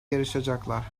yarışacaklar